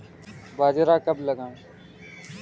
बाजरा कब लगाएँ?